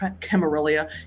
Camarilla